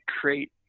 create